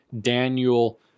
Daniel